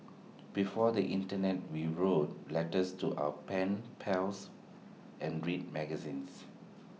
before the Internet we wrote letters to our pen pals and read magazines